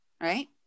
right